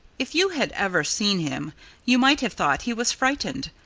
if you had ever seen him you might have thought he was frightened,